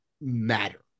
matter